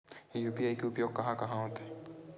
UPI के उपयोग कहां कहा होथे?